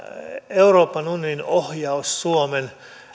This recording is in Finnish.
euroopan unionin ohjaus suomen